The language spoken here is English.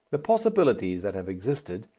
the possibilities that have existed,